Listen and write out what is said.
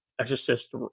exorcist